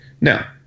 Now